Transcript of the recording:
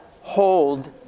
Hold